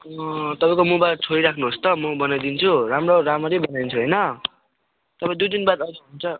अँ तपाईँको मोबाइल छोडी राख्नुहोस् त म बनाइदिन्छु राम्रो राम्ररी बनाइदिन्छु हैन तपाईँ दुई दिनबाद आउनुहुन्छ